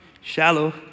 shallow